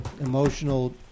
emotional